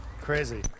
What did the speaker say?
Crazy